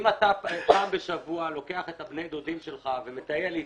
אם אתה פעם בשבוע לוקח את בני הדודים שלך ומטייל איתם,